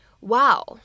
wow